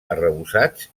arrebossats